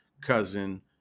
cousin